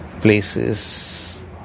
places